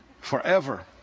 Forever